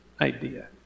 idea